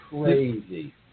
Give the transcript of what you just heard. crazy